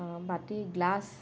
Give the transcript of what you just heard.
বাতি গ্লাছ